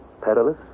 perilous